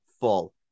full